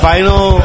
Final